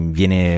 viene